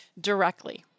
directly